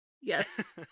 yes